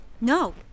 No